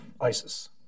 ISIS